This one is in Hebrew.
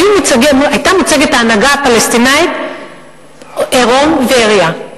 היתה מוצגת ההנהגה הפלסטינית עירום ועריה.